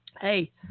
Hey